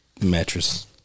mattress